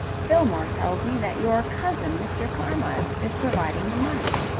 fillmore tells me that your cousin, mr. carmyle, is providing the money.